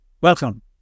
Welcome